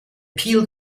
peeled